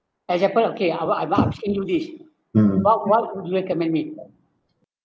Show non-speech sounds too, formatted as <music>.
example okay I w~ I w~ I asking you this <noise> what what would you recommend me